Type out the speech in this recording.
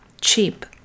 cheap